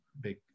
big